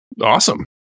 awesome